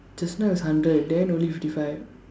just now is hundred then only fifty five